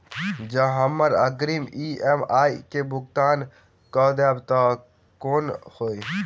जँ हमरा अग्रिम ई.एम.आई केँ भुगतान करऽ देब तऽ कऽ होइ?